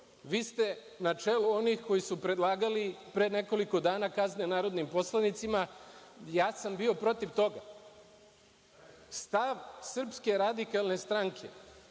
Vi ste na čelu onih koji su predlagali, pre nekoliko dana, kazne narodnim poslanicima. Ja sam bio protiv toga. Stav SRS je da se